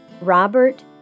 Robert